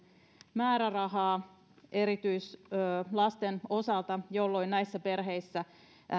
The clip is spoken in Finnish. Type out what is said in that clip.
määrärahaa erityislasten osalta jolloin näissä perheissä